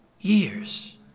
years